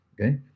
Okay